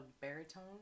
baritone